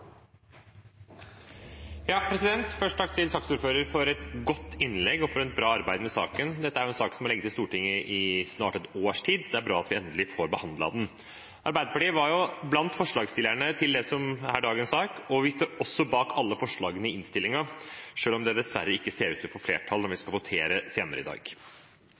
Først takk til saksordføreren for et godt innlegg og for et bra arbeid med saken. Dette er en sak som har ligget i Stortinget i snart et års tid, så det er bra at vi endelig får behandlet den. Arbeiderpartiet var blant forslagsstillerne til det som er dagens sak. Vi står også bak alle forslagene til vedtak i innstillingen, selv om de dessverre ikke ser ut til å få flertall når vi skal votere senere i dag.